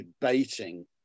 debating